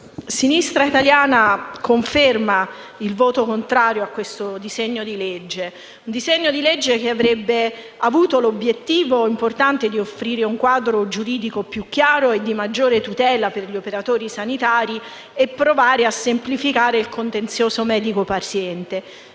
Sinistra Italiana conferma il voto contrario al disegno di legge che avrebbe dovuto avere l'obiettivo importante di offrire un quadro giuridico più chiaro e di maggior tutela per gli operatori sanitari e di provare a semplificare il contenzioso medico-paziente.